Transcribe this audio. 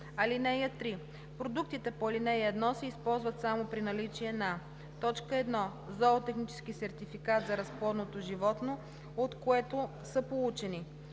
(3) Продуктите по ал. 1 се използват само при наличие на: 1. зоотехнически сертификат за разплодното животно, от което са получени;